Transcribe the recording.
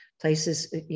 places